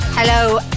Hello